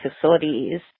facilities